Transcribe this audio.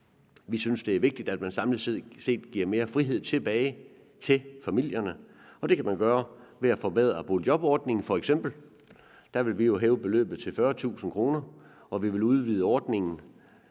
Vi synes, det er vigtigt, at man samlet set giver mere frihed tilbage til familierne, og det kan man gøre ved f.eks. at forbedre boligjobordningen. Der vil vi jo hæve beløbet til 40.000 kr., og vi vil udvide ordningen,